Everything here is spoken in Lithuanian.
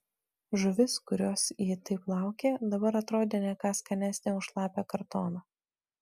žuvis kurios ji taip laukė dabar atrodė ne ką skanesnė už šlapią kartoną